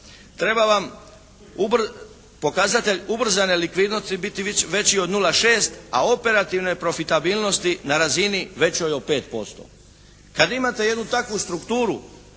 treba vam pokazatelj ubrzane likvidnosti biti veći od 0,6 a operativne profitabilnosti na razini većoj od 5%. Kad imate jednu takvu strukturu